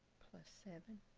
plus seven